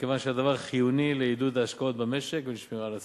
מכיוון שהדבר חיוני לעידוד ההשקעות במשק ולשמירה על הצמיחה.